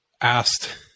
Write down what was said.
asked